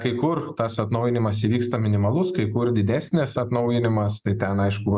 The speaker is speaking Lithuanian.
kai kur tas atnaujinimas įvyksta minimalus kai kur didesnės atnaujinimas tai ten aišku